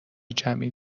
جمعی